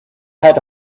had